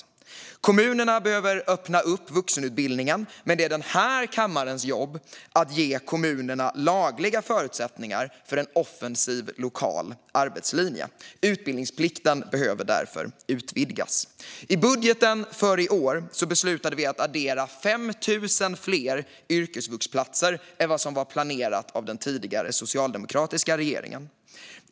Kommunerna behöver öppna upp vuxenutbildningen, men det är den här kammarens jobb att ge dem lagliga förutsättningar för en offensiv lokal arbetslinje. Utbildningsplikten behöver därför utvidgas. I budgeten för i år beslutade vi att addera 5 000 fler yrkesvuxplatser än vad som planerats av den tidigare socialdemokratiska regeringen.